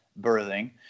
birthing